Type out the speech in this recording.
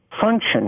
function